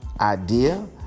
idea